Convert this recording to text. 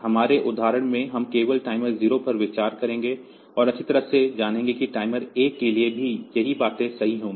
हमारे उदाहरणों में हम केवल टाइमर 0 पर विचार करेंगे और अच्छी तरह से जानेंगे कि टाइमर 1 के लिए भी यही बात सही होगी